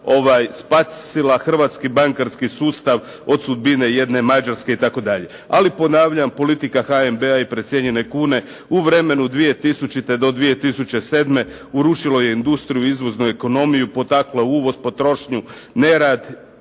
spasila hrvatski bankarski sustav od sudbine jedne Mađarske, itd. Ali ponavljam, politika HNB-a i precijenjene kune u vremenu 2000. do 2007. urušilo je industriju, izvoznu ekonomiju, potakla uvoz, potrošnju, nerad